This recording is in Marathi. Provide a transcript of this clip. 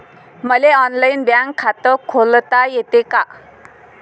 मले ऑनलाईन बँक खात खोलता येते का?